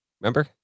Remember